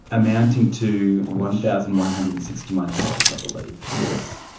amounting to one thousand one hundred and sixty one hours i believe. yes.